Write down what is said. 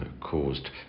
caused